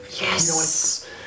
Yes